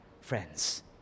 friends